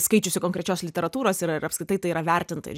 skaičiusi konkrečios literatūros ir ar apskritai tai yra vertinta ir